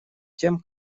тем